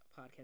podcast